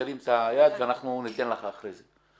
תרים את היד ואנחנו ניתן לך אחרי זה.